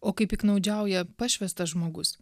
o kai piktnaudžiauja pašvęstas žmogus